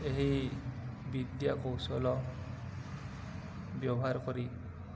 ଏହି ବିଦ୍ୟା କୌଶଳ ବ୍ୟବହାର କରି